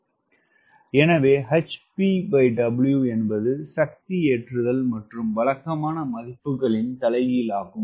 எனவே hpW என்பது சக்தி ஏற்றுதல் மற்றும் வழக்கமான மதிப்புகளின் தலைகீழ் ஆகும்